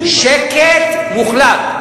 שקט מוחלט.